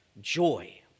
joy